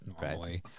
normally